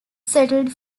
settled